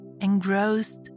engrossed